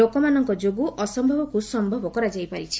ଲୋକମାନଙ୍କ ଯୋଗୁଁ ଅସ୍ୟବକୁ ସ୍ୟବ କରାଯାଇପାରିଛି